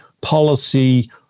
policy